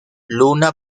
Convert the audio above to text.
luna